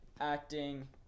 Acting